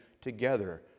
together